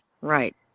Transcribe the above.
Right